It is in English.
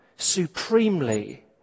Supremely